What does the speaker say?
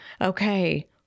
Okay